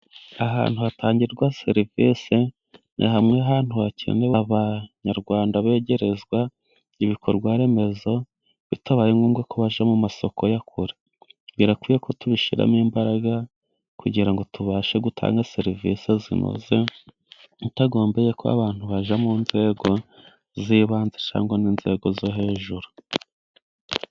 Ahantu hatangirwa serivisi ni hamwe mu hantu hakenewe. Abanyarwanda begerezwa ibikorwaremezo bitabaye ngombwa ko bajya mu masoko ya kure. Birakwiye ko tubishyiramo imbaraga kugira ngo tubashe gutanga serivisi zinoze, bitagombeye ko abantu bajya mu nzego z'ibanze cyangwa n'inzego zo hejuru.